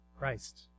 Christ